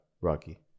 Rocky